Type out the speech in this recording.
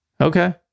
Okay